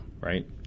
Right